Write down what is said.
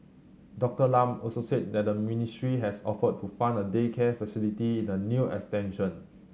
Doctor Lam also said that the ministry has offered to fund a daycare facility in the new extension